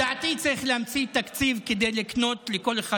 לדעתי צריך להמציא תקציב כדי לקנות לכל אחד